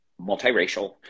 multiracial